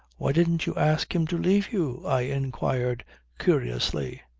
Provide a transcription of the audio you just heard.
why didn't you ask him to leave you? i inquired curiously.